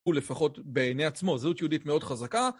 ולפחות בעיני עצמו זהות יהודית מאוד חזקה